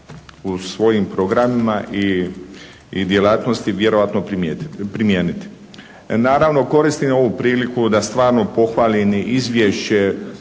u svojim programima i djelatnosti vjerojatno primijeniti. Naravno, koristim ovu priliku da stvarno pohvalim i izvješće,